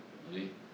okay